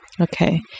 Okay